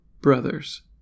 brothers